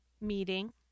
meeting